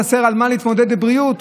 חסר על מה להתמודד בבריאות?